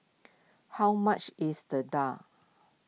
how much is the Daal